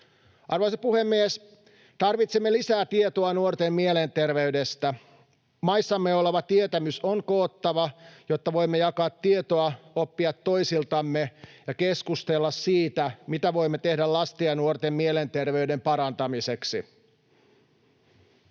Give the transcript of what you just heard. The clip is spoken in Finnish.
Arvoisa puhemies! Tarvitsemme lisää tietoa nuorten mielenterveydestä. Maissamme oleva tietämys on koottava, jotta voimme jakaa tietoa, oppia toisiltamme ja keskustella siitä, mitä voimme tehdä lasten ja nuorten mielenterveyden parantamiseksi.